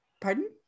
pardon